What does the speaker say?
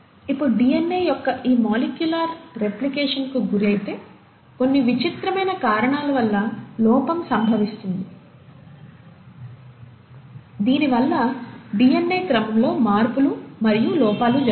ఇప్పుడు డిఎన్ఏ యొక్క ఈ మాలిక్యులార్ రెప్లికేషన్కు గురైతే కొన్ని విచిత్రమైన కారణాల వల్ల లోపం సంభవిస్తుంది దీనివల్ల డిఎన్ఏ క్రమంలో మార్పులు మరియు లోపాలు జరుగుతాయి